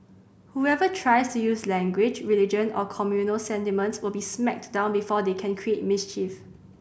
whoever tries to use language religion or communal sentiments will be smacked down before they can create mischief